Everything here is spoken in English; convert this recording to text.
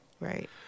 Right